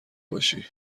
باشی